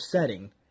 setting